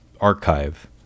archive